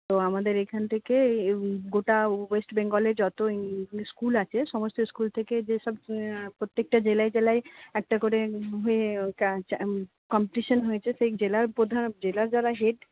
তো আমাদের এইখান থেকে এই গোটা ওয়েস্টবেঙ্গলে যত স্কুল আছে সমস্ত ইস্কুল থেকে যে সব প্রত্যেকটা জেলায় জেলায় একটা করে কম্পিটিশন হয়েছে সেই জেলার বিধায়ক জেলার যারা হেড